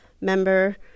member